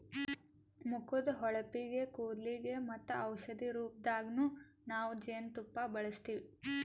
ಮುಖದ್ದ್ ಹೊಳಪಿಗ್, ಕೂದಲಿಗ್ ಮತ್ತ್ ಔಷಧಿ ರೂಪದಾಗನ್ನು ನಾವ್ ಜೇನ್ತುಪ್ಪ ಬಳಸ್ತೀವಿ